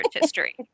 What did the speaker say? history